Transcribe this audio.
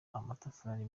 amatafari